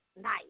nice